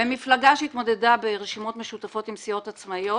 במפלגה שהתמודדה ברשימות משותפות עם סיעות עצמאיות